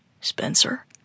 Spencer